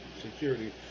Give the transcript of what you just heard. security